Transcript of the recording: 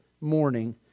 morning